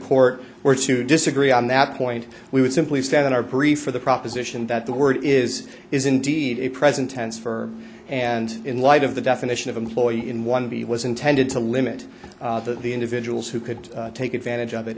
court were to disagree on that point we would simply stand in our brief for the proposition that the word is is indeed a present tense for and in light of the definition of employee in one of the was intended to limit the individuals who could take advantage of it